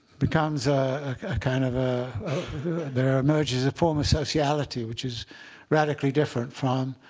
becomes a kind of a there emerges a form of sociality which is radically different from